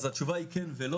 אז התשובה היא, כן ולא,